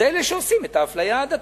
הם אלה שעושים את האפליה העדתית.